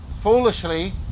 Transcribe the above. foolishly